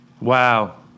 Wow